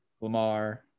Lamar